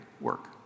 work